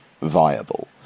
viable